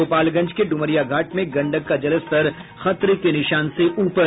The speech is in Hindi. गोपालगंज के ड्मरिया घाट में गंडक का जलस्तर खतरे के निशान से ऊपर